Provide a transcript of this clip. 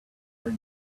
very